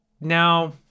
Now